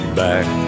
back